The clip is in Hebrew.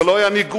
ולא היה ניגוח,